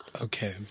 Okay